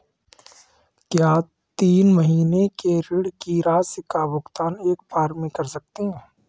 क्या तीन महीने के ऋण की राशि का भुगतान एक बार में कर सकते हैं?